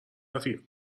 رفیق